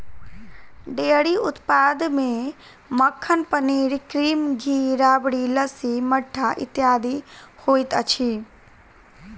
dairy उत्पाद मे मक्खन, पनीर, क्रीम, घी, राबड़ी, लस्सी, मट्ठा इत्यादि होइत अछि